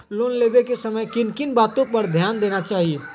Loan लेने के समय किन किन वातो पर ध्यान देना चाहिए?